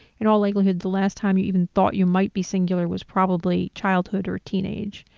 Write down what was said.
in all likelihood, the last time you even thought you might be singular was probably childhood or teenage.